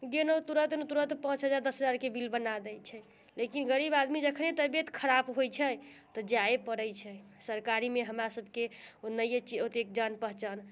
गेलहुँ तुरतमे तुरत पाँच हजार दश हजारके बिल बना दय छै लेकिन गरीब आदमी जखने तबियत खराब होइत छै तऽ जाए पड़ैत छै सरकारीमे हमरा सबकेँ ओ नहि अछि ओते जान पहचान